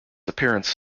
appearance